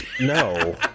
No